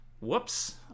Whoops